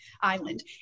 Island